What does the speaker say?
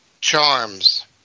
charms